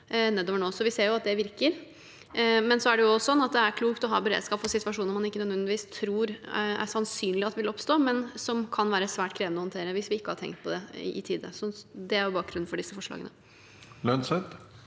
vi ser at det virker. Men det er klokt å ha beredskap for situasjoner man ikke nødvendigvis tror er sannsynlig at vil oppstå, og som kan være svært krevende å håndtere hvis vi ikke har tenkt på det i tide. Det er bakgrunnen for disse forslagene.